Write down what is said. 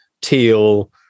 teal